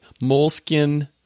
moleskin